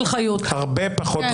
הרבה הרבה פחות.